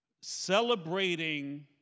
celebrating